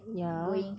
ya